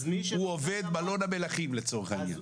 הוא עובד מלון המלכים, לצורך העניין.